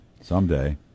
Someday